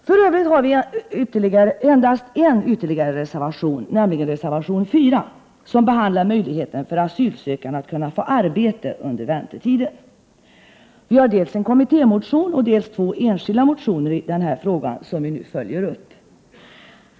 För övrigt har vi endast en ytterligare reservation, nämligen reservation 4 som behandlar möjligheten för asylsökande att få arbete under väntetiden. Vi har dels en kommittémotion, dels två enskilda motioner i frågan, som vi följer upp.